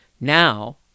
Now